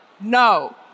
no